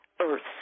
earth